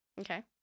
Okay